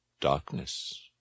Darkness